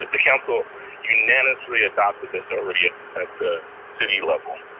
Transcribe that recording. the council unanimously adopted this already at at the city level.